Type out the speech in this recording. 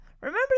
Remember